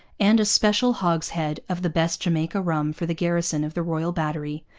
and a special hogshead of the best jamaica rum for the garrison of the royal battery,